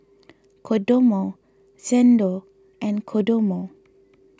Kodomo Xndo and Kodomo